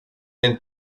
and